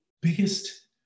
biggest